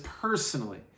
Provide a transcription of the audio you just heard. personally